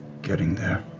getting there.